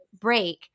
break